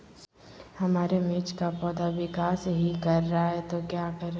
हमारे मिर्च कि पौधा विकास ही कर रहा है तो क्या करे?